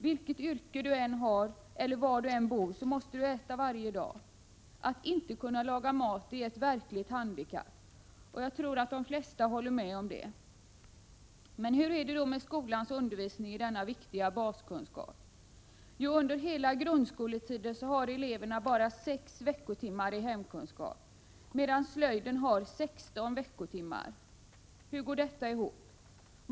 Vilket yrke du än har och var du än bor måste du äta varje dag. Att inte kunna laga mat är ett verkligt handikapp. Jag tror att de flesta håller med om detta. Men hur är det då med skolans undervisning i denna viktiga baskunskap? Jo, under hela grundskoletiden har eleverna bara sex veckotimmar i hemkunskap, medan slöjden har sexton veckotimmar. Hur går detta ihop?